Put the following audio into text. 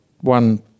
one